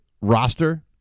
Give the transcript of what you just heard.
roster